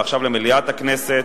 ועכשיו למליאת הכנסת,